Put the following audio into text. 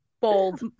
bold